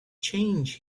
change